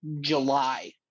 July